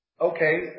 Okay